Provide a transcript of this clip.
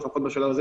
לפחות לא בשלב הזה,